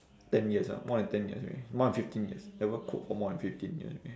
ten years ah more than ten years already more than fifteen years never cook for more than fifteen years already